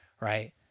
right